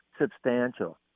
substantial